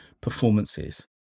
performances